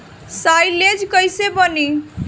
Silage कईसे बनी?